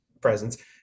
presence